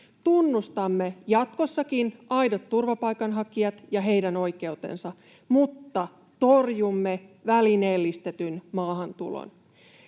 Tunnustamme jatkossakin aidot turvapaikanhakijat ja heidän oikeutensa, mutta torjumme välineellistetyn maahantulon.